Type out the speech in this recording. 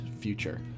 future